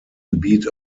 gebiet